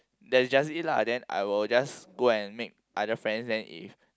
that's just it lah then I will just go and make other friends then if